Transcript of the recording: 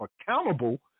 accountable